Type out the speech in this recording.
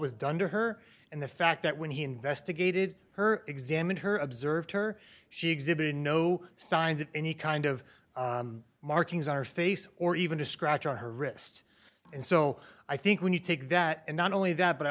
was done to her and the fact that when he investigated her examined her observed her she exhibited no signs of any kind of markings on her face or even a scratch on her wrist and so i think when you take that and not only that but i